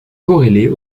corrélée